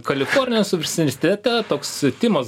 kalifornijos universitete toks timas